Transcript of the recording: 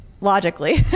logically